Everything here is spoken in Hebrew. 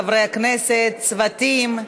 חברי הכנסת, צוותים,